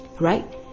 right